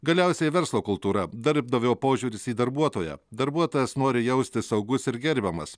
galiausiai verslo kultūra darbdavio požiūris į darbuotoją darbuotojas nori jaustis saugus ir gerbiamas